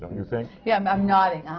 um you think? yeah, i'm nodding.